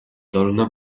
должна